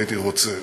הייתי רוצה